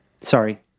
Sorry